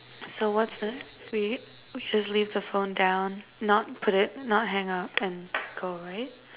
so what's next we we just leave the phone down not put it not hang up and go right